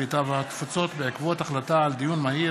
הקליטה והתפוצות בעקבות דיון מהיר